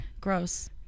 gross